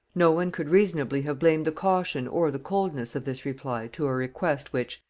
no one could reasonably have blamed the caution or the coldness of this reply to a request, which,